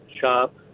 shop